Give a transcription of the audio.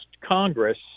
Congress